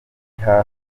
hafi